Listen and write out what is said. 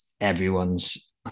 everyone's